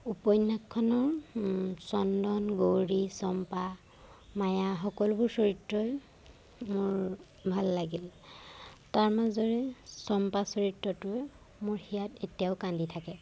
উপন্যাসখনৰ চন্দন গৌৰী চম্পা মায়া সকলোবোৰ চৰিত্ৰই মোৰ ভাল লাগিল তাৰ মাজৰে চম্পা চৰিত্ৰটোৱে মোৰ হিয়াত এতিয়াও কান্দি থাকে